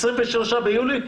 ב-23 ביולי?